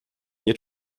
nie